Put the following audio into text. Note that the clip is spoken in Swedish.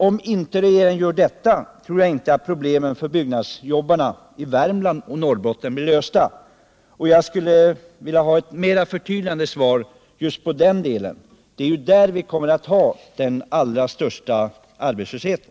Om inte regeringen gör det tror jag inte att problemen för byggnadsjobbarna i Värmland och Norrbotten blir lösta. Jag skulle vilja ha ett mer förtydligande svar just på den delen. Det är där vi kommer att ha den allra största arbetslösheten.